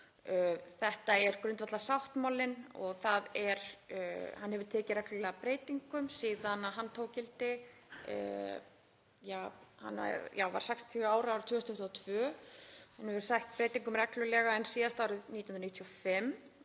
Þetta er grundvallarsáttmáli og hann hefur tekið reglulega breytingum síðan hann tók gildi. Hann varð 60 ára árið 2022 og hefur sætt breytingum reglulega en síðast árið 1995.